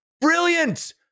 brilliant